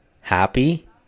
happy